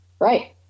Right